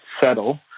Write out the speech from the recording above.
settle